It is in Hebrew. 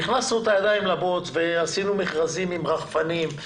והכנסנו את הידיים לבוץ ועשינו מכרזים עם רחפנים,